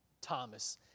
Thomas